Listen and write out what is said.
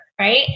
right